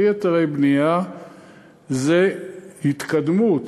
בלי היתרי בנייה זו התקדמות,